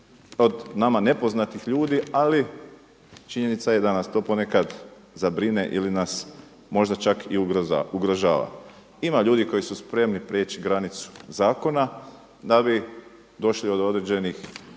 od nama nepoznatih ljudi ali činjenica je da nas to ponekad zabrine ili nas možda čak ugrožava. Ima ljudi koji su spremni prijeći granicu zakona da bi došli do određenih